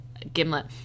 Gimlet